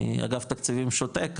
אגף תקציבים שותק,